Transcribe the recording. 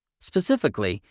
specifically,